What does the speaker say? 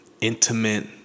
intimate